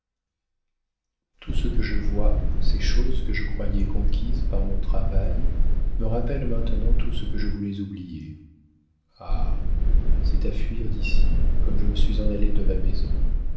tout ce que je vois ces choses que je croyais conquises par mon travail me rappellent maintenant tout ce que je voulais oublier ah c'est à fuir d'ici comme je m'en suis allée de ma maison